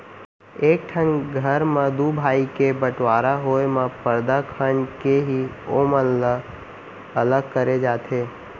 एक ठन घर म दू भाई के बँटवारा होय म परदा खंड़ के ही ओमन ल अलग करे जाथे